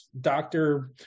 doctor